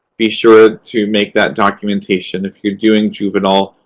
be sure to make that documentation. if you're doing juvenile,